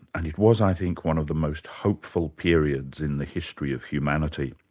and it was, i think, one of the most hopeful periods in the history of humanity.